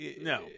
No